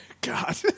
God